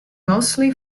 mostly